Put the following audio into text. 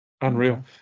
Unreal